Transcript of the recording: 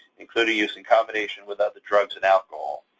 including use in combination with other drugs and alcohol.